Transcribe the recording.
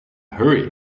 hurry